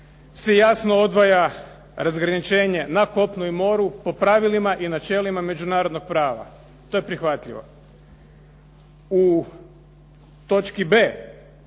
se jasno odvaja razgraničenje na kopnu i moru po pravilima i načelima međunarodnog prava. To je prihvatljivo. U točki